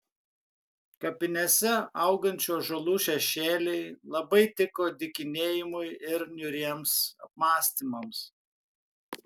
kapinėse augančių ąžuolų šešėliai labai tiko dykinėjimui ir niūriems apmąstymams